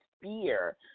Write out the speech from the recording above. fear